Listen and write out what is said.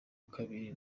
kabiri